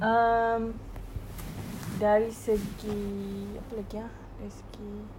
um dari segi apa lagi ah dari segi